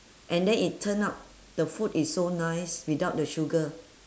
and then it turn out the food is so nice without the sugar